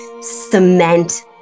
cement